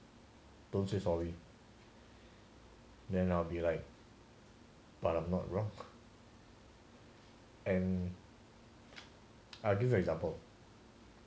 don't say sorry then I'll be like but I'm not wrong and argue for example